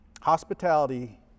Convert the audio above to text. hospitality